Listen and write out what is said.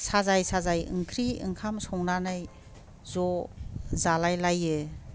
साजाय साजाय ओंख्रि ओंखाम संनानै ज' जालायलायो